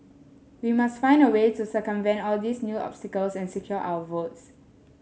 we must find a way to circumvent all these new obstacles and secure our votes